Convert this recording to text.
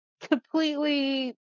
completely